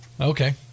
okay